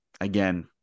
again